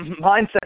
mindset